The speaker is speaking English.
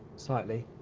slightly,